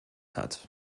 hat